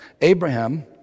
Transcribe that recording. Abraham